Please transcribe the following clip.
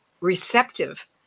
receptive